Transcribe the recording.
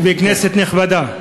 אדוני היושב-ראש, כנסת נכבדה,